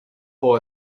voor